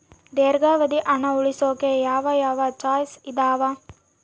ದೇರ್ಘಾವಧಿ ಹಣ ಉಳಿಸೋಕೆ ಯಾವ ಯಾವ ಚಾಯ್ಸ್ ಇದಾವ?